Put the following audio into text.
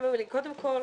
קודם כל,